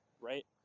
right